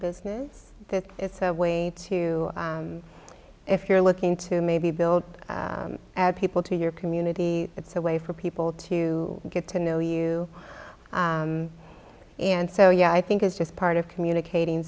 business that it's a way to if you're looking to maybe build add people to your community it's a way for people to get to know you and so yeah i think it's just part of communicating